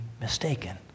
mistaken